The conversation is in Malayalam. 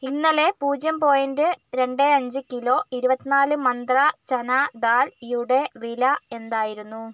ഇന്നലേ പൂജ്യം പോയിൻ്റ് രണ്ട് അഞ്ച് കിലോ ഇരുപത്തിനാല് മന്ത്ര ചനാ ദാൽയുടെ വില എന്തായിരുന്നു